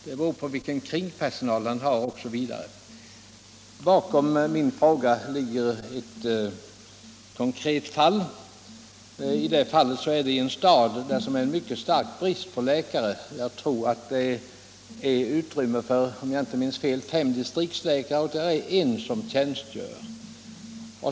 Det beror på vilken personal han har till hjälp osv. Bakom min fråga ligger ett konkret fall. Det tilldrog sig i en stad som har mycket stark brist på läkare. Det finns utrymme för, om jag ” inte minns fel, fem distriktsläkare och det är en som tjänstgör.